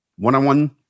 One-on-one